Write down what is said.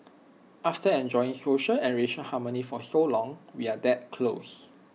after enjoying social and racial harmony for so long we are that close